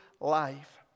life